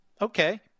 Okay